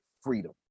freedom